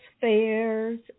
fairs